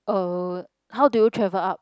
oh how do you travel up